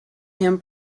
him